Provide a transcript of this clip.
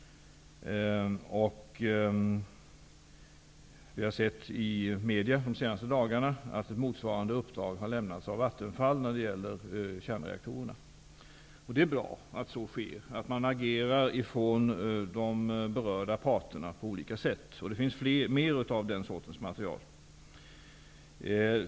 Vi har via media under de senaste dagarna fått veta att motsvarande uppdrag har lämnats av Vattenfall när det gäller kärnreaktorerna. Det är bra att så sker och att berörda parter agerar på olika sätt. Det finns också mer av den sortens material.